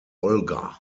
olga